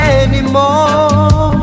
anymore